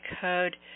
code